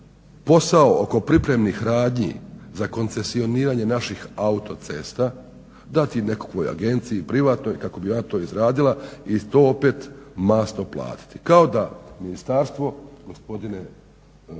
posao oko pripremnih radnji za koncesioniranje naših autocesta dati nekakvoj agenciji privatnoj kako bi ona to izradila i to opet masno platiti. Kao da ministarstvo, gospodine